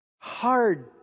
hard